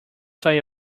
style